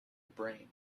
brain